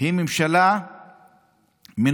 היא ממשלה מנופחת